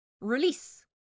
release